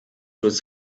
was